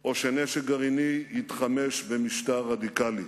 או שנשק גרעיני יתחמש במשטר רדיקלי.